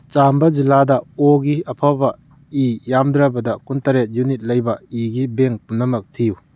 ꯆꯥꯝꯕ ꯖꯤꯂꯥꯗ ꯑꯣꯒꯤ ꯑꯐꯕ ꯏ ꯌꯥꯝꯗ꯭ꯔꯕꯗ ꯀꯨꯟꯇꯔꯦꯠ ꯌꯨꯅꯤꯠ ꯂꯩꯕ ꯏꯒꯤ ꯕꯦꯡ ꯄꯨꯝꯅꯃꯛ ꯊꯤꯌꯨ